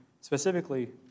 specifically